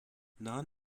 non